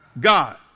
God